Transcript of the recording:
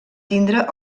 tindre